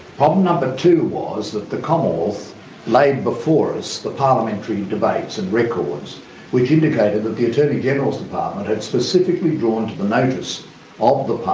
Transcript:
problem number to was that the commonwealth laid before us the parliamentary debates and records which indicated that the attorney-general's department had specifically drawn to the notice of the